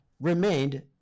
remained